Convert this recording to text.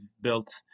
built